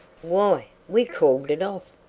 why, we called it off,